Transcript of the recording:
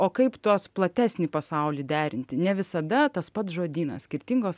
o kaip tuos platesnį pasaulį derinti ne visada tas pats žodynas skirtingos